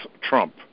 Trump